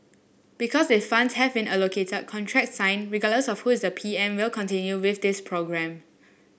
because if funds have been allocated contract signed regardless of who is the M P will continue with this programme